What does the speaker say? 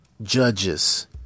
Judges